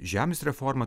žemės reformą